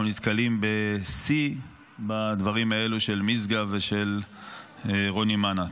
נתקלים בשיא בדברים האלה של משגב ושל רוני מאנה.